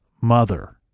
mother